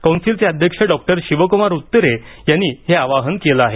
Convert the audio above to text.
कौन्सिलचे अध्यक्ष शिवकुमार उत्तुरे यांनी हे आवाहन केलं आहे